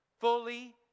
fully